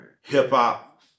hip-hop